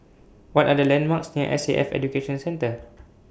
What Are The landmarks near S A F Education Centre